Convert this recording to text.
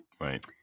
right